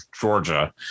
Georgia